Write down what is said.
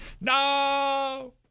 No